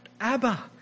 Abba